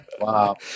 Wow